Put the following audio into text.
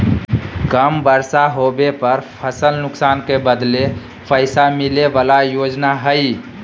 कम बर्षा होबे पर फसल नुकसान के बदले पैसा मिले बला योजना हइ